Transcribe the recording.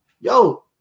yo